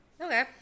Okay